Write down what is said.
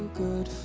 good